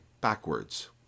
backwards